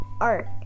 art